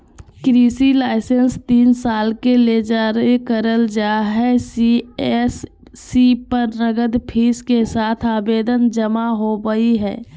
कृषि लाइसेंस तीन साल के ले जारी करल जा हई सी.एस.सी पर नगद फीस के साथ आवेदन जमा होवई हई